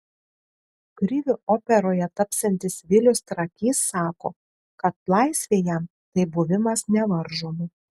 kriviu operoje tapsiantis vilius trakys sako kad laisvė jam tai buvimas nevaržomu